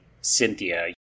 Cynthia